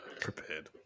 prepared